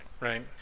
right